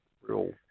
real